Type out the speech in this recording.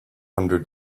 hundred